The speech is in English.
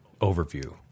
overview